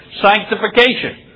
sanctification